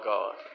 God